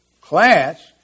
Class